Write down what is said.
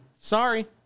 Sorry